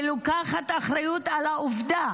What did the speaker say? ולוקחת אחריות על העובדה